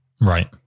Right